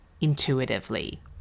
intuitively